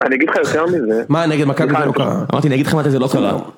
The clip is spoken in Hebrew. אני אגיד לך יותר מזה. מה, נגיד מכבי זה לא קרה? אמרתי, אני אגיד לך, אמרתי זה לא קרה